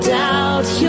doubt